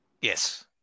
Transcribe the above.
yes